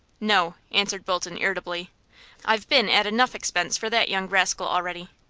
no, answered bolton, irritably i've been at enough expense for that young rascal already.